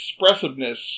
expressiveness